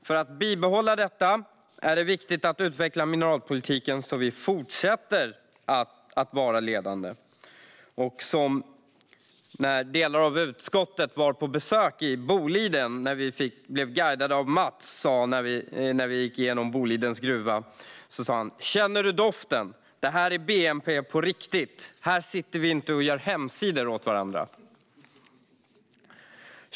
För att bibehålla detta är det viktigt att utveckla mineralpolitiken så att vi fortsätter att vara ledande. När delar av utskottet var på besök i Boliden och blev guidade av Mats genom gruvan sa han: Känner du doften? Det här är bnp på riktigt; här sitter vi inte och gör hemsidor åt varandra!